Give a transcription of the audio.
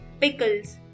pickles